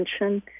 attention